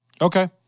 Okay